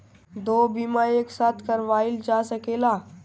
दो बीमा एक साथ करवाईल जा सकेला?